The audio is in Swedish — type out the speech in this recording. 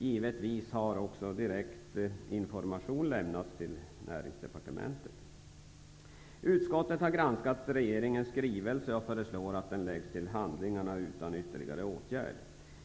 Givetvis har också direkt information lämnats till Utskottet har granskat regeringens skrivelse och föreslår att den läggs till handlingarna utan ytterligare åtgärd.